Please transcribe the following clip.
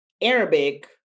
Arabic